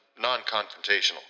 Non-confrontational